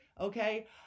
okay